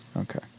okay